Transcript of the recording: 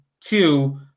two